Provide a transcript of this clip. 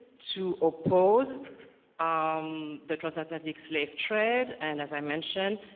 to oppose um the transatlantic slave trade, and as i mentioned,